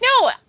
No